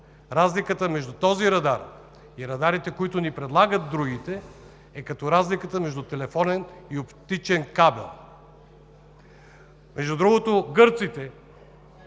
разликата между този радар и радарите, които ни предлагат другите, е като разликата между телефонен и оптичен кабел. Между другото, гърците